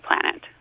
planet